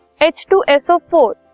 H2SO4